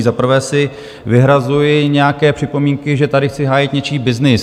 Za prvé si vyhrazuji nějaké připomínky, že tady chci hájit něčí byznys.